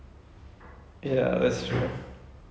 then they get married or like something like that